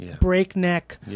Breakneck